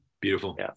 Beautiful